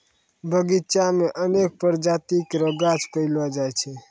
बगीचा म अनेक प्रजाति केरो गाछ पैलो जाय छै